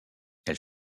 elle